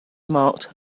marked